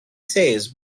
says